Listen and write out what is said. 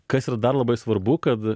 kas yr dar labai svarbu kad